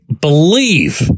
believe